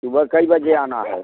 सुबह कइ बजे आना है